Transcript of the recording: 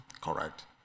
Correct